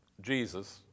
Jesus